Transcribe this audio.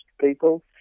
people